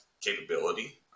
capability